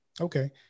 Okay